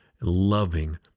loving